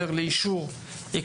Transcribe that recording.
להחזיר את זה לוועדה.